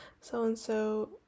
so-and-so